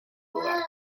lugar